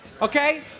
Okay